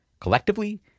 Collectively